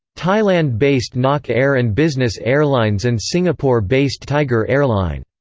thailand-based nok air and business airlines and singapore-based tiger airline.